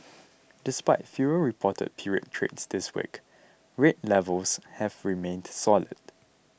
despite fewer reported period trades this week rate levels have remained solid